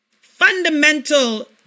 Fundamental